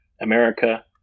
America